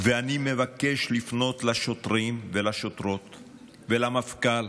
ואני מבקש לפנות לשוטרים ולשוטרים ולמפכ"ל: